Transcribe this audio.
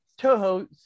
Toho